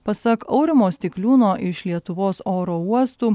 pasak aurimo stikliūno iš lietuvos oro uostų